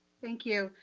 thank you.